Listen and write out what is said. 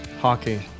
hockey